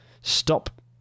Stop